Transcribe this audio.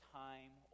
time